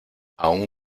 aun